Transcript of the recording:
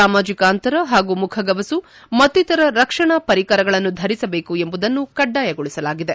ಸಾಮಾಜಿಕ ಅಂತರ ಹಾಗೂ ಮುಖಗವಸು ಮತ್ತಿತರ ರಕ್ಷಣಾ ಪರಿಕರಗಳನ್ನು ಧರಿಸಿರಬೇಕು ಎಂಬುದನ್ನು ಕಡ್ಡಾಯಗೊಳಿಸಲಾಗಿದೆ